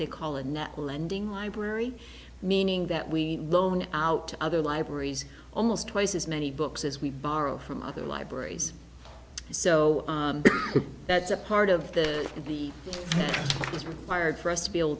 they call it lending library meaning that we loan out to other libraries almost twice as many books as we borrow from other libraries so that's a part of the the is required for us to be able